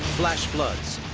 flash floods,